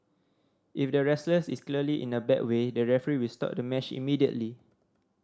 if the wrestlers is clearly in a bad way the referee will stop the match immediately